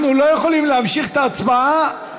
אנחנו לא יכולים להמשיך את ההצבעה.